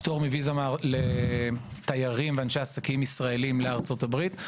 הפטור מוויזה לתיירים, אנשי עסקים מארצות הברית.